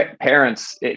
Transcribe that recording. parents